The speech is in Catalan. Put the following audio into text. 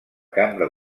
cambra